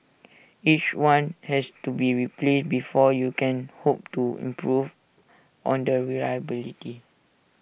even when they read what they recall the mainstream media they don't read IT blindly